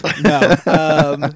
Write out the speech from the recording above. No